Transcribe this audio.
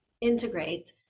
integrate